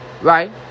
right